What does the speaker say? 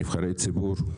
נבחרי ציבור,